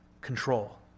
Control